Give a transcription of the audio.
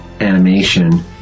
animation